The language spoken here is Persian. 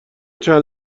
چند